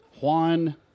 Juan